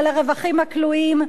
על הרווחים הכלואים,